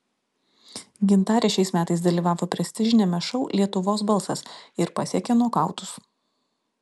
gintarė šiais metais dalyvavo prestižiniame šou lietuvos balsas ir pasiekė nokautus